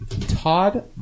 Todd